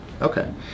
Okay